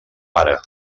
pare